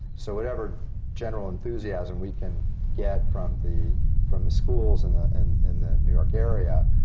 so whatever general enthusiasm we can get from the from the schools and and in the new york area,